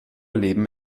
leben